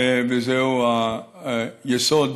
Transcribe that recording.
וזהו היסוד